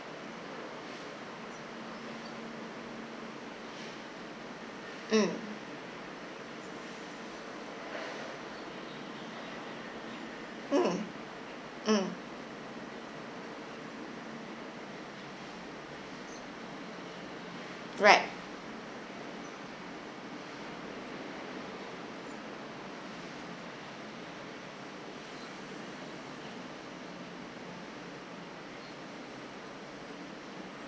mm mm mm right